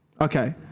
okay